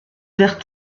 wird